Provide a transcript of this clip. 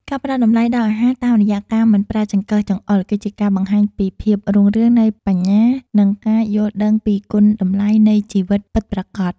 ការផ្តល់តម្លៃដល់អាហារតាមរយៈការមិនប្រើចង្កឹះចង្អុលគឺជាការបង្ហាញពីភាពរុងរឿងនៃបញ្ញានិងការយល់ដឹងពីគុណតម្លៃនៃជីវិតពិតប្រាកដ។